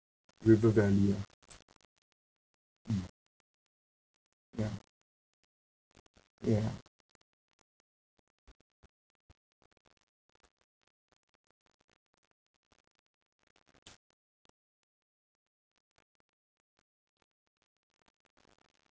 river valley ah mm ya ya